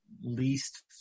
least